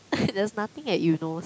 there's nothing at Eunos